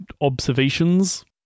observations